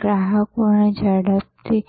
ગ્રાહકોની ઝડપથી